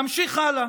נמשיך הלאה.